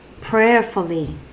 prayerfully